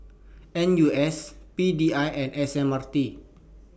N U S P D I and S M R T